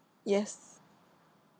yes